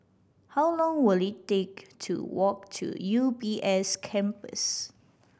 how long will it take to walk to U B S Campus